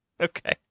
Okay